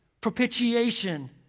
propitiation